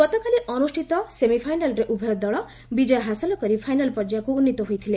ଗତକାଲି ଅନୁଷ୍ଠିତ ସେମିଫାଇନାଲ୍ରେ ଉଭୟ ଦଳ ବିଜୟ ହାସଲ କରି ଫାଇନାଲ୍ ପର୍ଯ୍ୟାୟକୁ ଉନ୍ନୀତ ହୋଇଥିଲେ